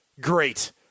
Great